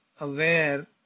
aware